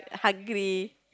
hungry